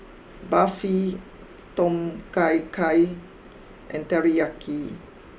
Barfi Tom Kha Gai and Teriyaki